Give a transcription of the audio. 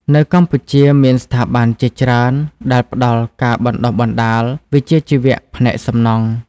នៅកម្ពុជាមានស្ថាប័នជាច្រើនដែលផ្តល់ការបណ្តុះបណ្តាលវិជ្ជាជីវៈផ្នែកសំណង់។